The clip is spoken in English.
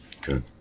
Good